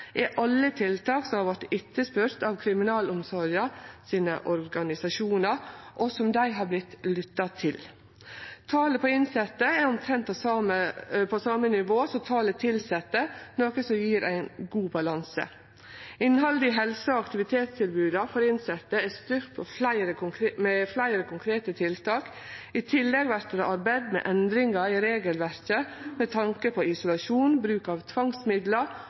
er alle tiltak som har vorte etterspurde av kriminalomsorga sine organisasjonar, og dei har vorte lytta til. Talet på innsette er omtrent på same nivå som talet på tilsette, noko som gjev ein god balanse. Innhaldet i helse- og aktivitetstilboda for innsette er styrkt med fleire konkrete tiltak. I tillegg vert det arbeidd med endringar i regelverket med tanke på isolasjon, bruk av